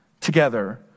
together